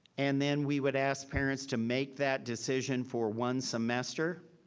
and then we would ask parents to make that decision for one semester.